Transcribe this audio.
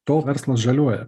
tol verslas žaliuoja